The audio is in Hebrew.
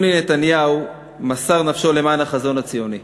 יוני נתניהו מסר נפשו למען החזון הציוני.